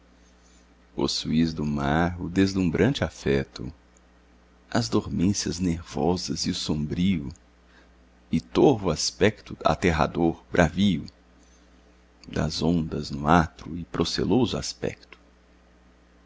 possuis do mar o deslumbrante afeto as dormências nervosas e o sombrio e torvo aspecto aterrador bravio das ondas no atro e proceloso aspecto